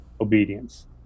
obedience